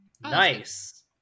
nice